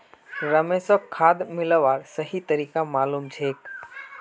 रमेशक खाद मिलव्वार सही तरीका मालूम छेक